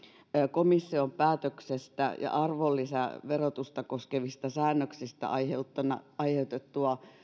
komission päätöksestä ja arvonlisäverotusta koskevista säännöksistä aiheutunutta